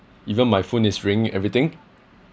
even my phone is ringing everything